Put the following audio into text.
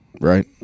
Right